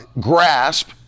grasp